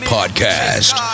Podcast